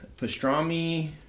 pastrami